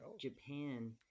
Japan